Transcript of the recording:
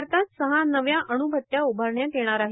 भारतात सहा नव्या अण्भट्टया उभारण्यात येणार आहेत